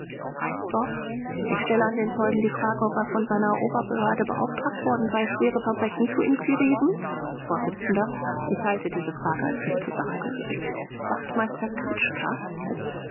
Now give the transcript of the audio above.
reinsdorf ich stelle an den zeugen die frage ob er von seiner oberbehörde beauftragt worden sei schwere verbrecher zu inquirieren vors ich halte diese frage als nicht zur sache gehörig wachtmeister kritschker